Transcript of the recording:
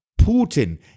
Putin